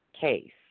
case